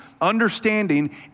understanding